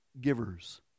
givers